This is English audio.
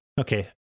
Okay